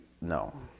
No